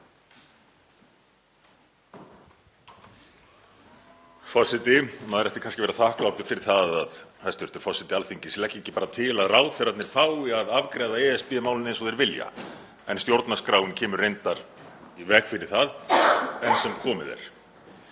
Forseti. Maður ætti kannski að vera þakklátur fyrir það að hæstv. forseti Alþingis leggi ekki bara til að ráðherrarnir fái að afgreiða ESB-málin eins og þeir vilja. En stjórnarskráin kemur reyndar í veg fyrir það enn sem komið er.